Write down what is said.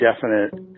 definite